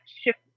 shift